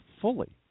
fully